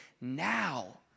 Now